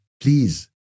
please